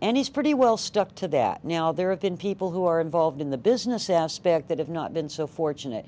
and he's pretty well stuck to that now there have been people who are involved in the business aspect that have not been so fortunate